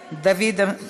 חבר הכנסת יוסי יונה,